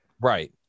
Right